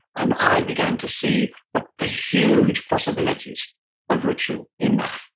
and i began to see the the huge possibilities of ritual in that.